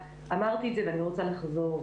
אמרתי את זה ואני רוצה לחזור.